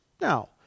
Now